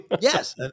yes